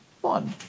One